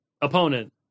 opponent